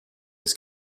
his